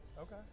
Okay